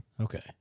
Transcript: Okay